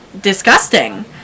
disgusting